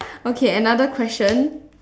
okay another question